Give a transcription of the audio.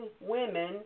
women